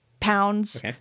pounds